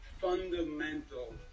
fundamental